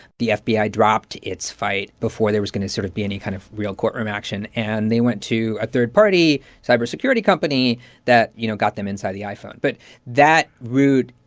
the fbi dropped its fight before there was going to sort of be any kind of real courtroom action. and they went to a third-party cybersecurity company that, you know, got them inside the iphone. but that route,